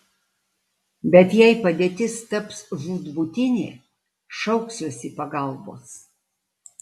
bet jei padėtis taps žūtbūtinė šauksiuosi pagalbos